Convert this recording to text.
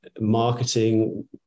marketing